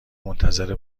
منتظر